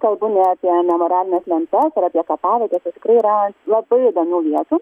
kalbu ne apie memorialines lentas ar apie kapavietes o tikrai yra labai įdomių vietų